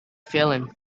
feeling